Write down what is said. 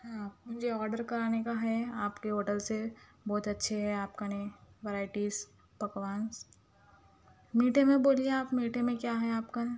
ہاں مجھے آرڈر کرانے کا ہے آپ کے ہوٹل سے بہت اچھے ہے آپ کے ورائیٹیز پکوان میٹھے میں بولیے آپ میٹھے میں کیا ہے آپ کا